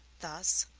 thus,